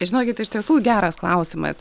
žinokit iš tiesų geras klausimas